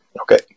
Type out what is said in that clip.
okay